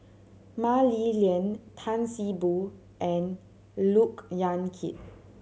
Mah Li Lian Tan See Boo and Look Yan Kit